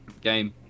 game